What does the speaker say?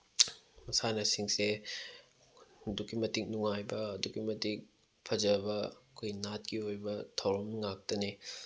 ꯃꯁꯥꯟꯅꯁꯤꯡꯁꯦ ꯑꯗꯨꯛꯀꯤ ꯃꯇꯤꯛ ꯅꯨꯡꯉꯥꯏꯕ ꯑꯗꯨꯛꯀꯤ ꯃꯇꯤꯛ ꯐꯖꯕ ꯑꯩꯈꯣꯏ ꯅꯥꯠꯀꯤ ꯑꯣꯏꯕ ꯊꯧꯔꯝ ꯉꯥꯛꯇꯅꯤ